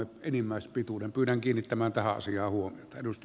pyydän kiinnittämään tähän asiaan huomiota